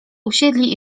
usiedli